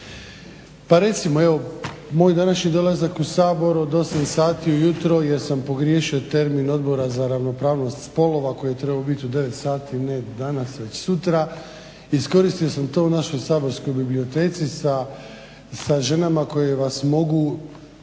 Pa recimo, evo moj današnji dolazak u Sabor od 8 sati ujutro jer sam pogriješio termin Odbora za ravnopravnost spolova koji je trebao biti u 9 sati, ne danas već sutra, iskoristio sam to u našoj saborskoj biblioteci sa ženama koje vas mogu